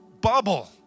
bubble